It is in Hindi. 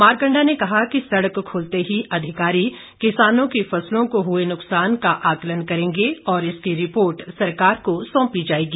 मारकंडा ने कहा कि सड़क खुलते ही अधिकारी किसानों की फसलों को हुए नुकसान का आकलन करेंगे और इसकी रिपोर्ट सरकार को सौंपी जाएगी